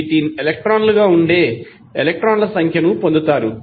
24 ∗ 1018 ఎలక్ట్రాన్లుగా ఉండే ఎలక్ట్రాన్ల సంఖ్యను పొందుతారు